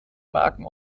marken